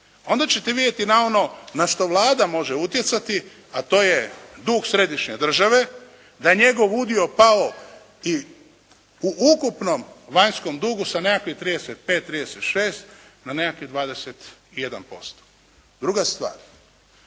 onda ćete vidjeti na ono na što Vlada može utjecati, a to je dug središnje države, da je njegov udio pao i u ukupnom vanjskom dugu sa nekakvih 35, 36 na nekakvih 21%. Druga stvar,